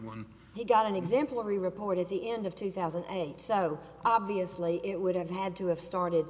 one he got an exemplary report at the end of two thousand and eight so obviously it would have had to have started